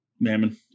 mammon